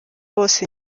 bose